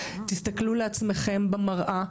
תסתכלו לעצמכם במראה,